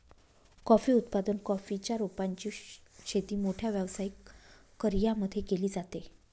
coffee उत्पादन, coffee च्या रोपांची शेती मोठ्या व्यावसायिक कर्यांमध्ये केली जाते